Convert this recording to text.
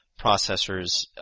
processors